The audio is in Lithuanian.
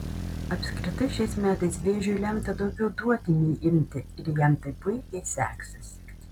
apskritai šiais metais vėžiui lemta daugiau duoti nei imti ir jam tai puikiai seksis